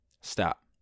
Stop